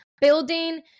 Building